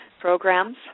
programs